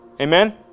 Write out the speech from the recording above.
Amen